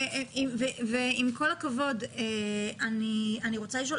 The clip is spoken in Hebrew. ועם כל הכבוד, אני רוצה לשאול.